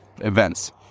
events